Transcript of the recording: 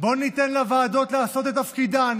בוא ניתן לוועדות לעשות את תפקידן.